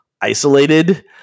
isolated